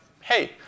hey